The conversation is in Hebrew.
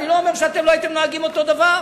אני לא אומר שאתם לא הייתם נוהגים אותו הדבר.